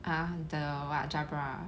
ah the what Jabra ah